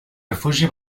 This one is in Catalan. refugi